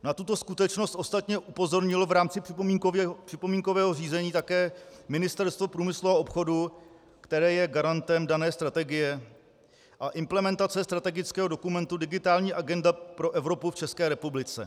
Na tuto skutečnost ostatně upozornilo v rámci připomínkového řízení také Ministerstvo průmyslu a obchodu, které je garantem dané strategie a implementace strategického dokumentu Digitální agenda pro Evropu v České republice.